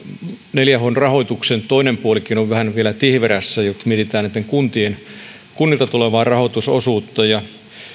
neljä h n rahoituksen toinenkin puoli on vähän vielä tihverässä jos mietitään kunnilta tulevaa rahoitusosuutta